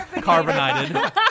carbonated